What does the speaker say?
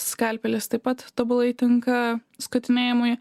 skalpelis taip pat tobulai tinka skutinėjimui